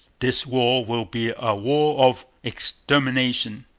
this war will be a war of extermination.